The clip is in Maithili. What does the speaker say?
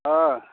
तऽ